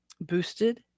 boosted